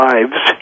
Lives